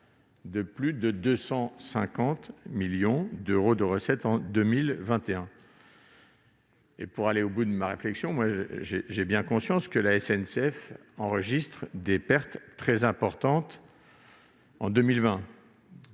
de plus de 250 millions d'euros de recettes en 2021. Pour aller au bout de ma réflexion, j'ai bien conscience que la SNCF enregistre des pertes très importantes en 2020,